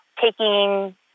taking